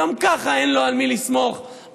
גם ככה אין לו על מי לסמוך באופוזיציה,